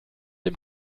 dem